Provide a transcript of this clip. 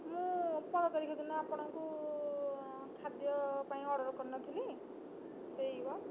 ମୁଁ ପନ୍ଦର ତାରିଖ ଦିନ ଆପଣଙ୍କୁ ଖାଦ୍ୟ ପାଇଁ ଅର୍ଡ଼ର କରିନଥିଲି ସେହି ମ